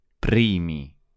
Primi